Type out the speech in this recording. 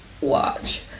watch